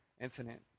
infinite